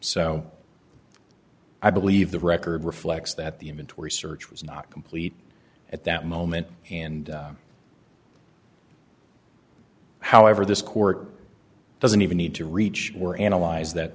so i believe the record reflects that the inventory search was not complete at that moment and however this court doesn't even need to reach or analyze that